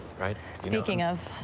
right? speaking of.